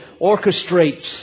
orchestrates